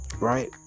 right